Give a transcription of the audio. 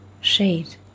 shade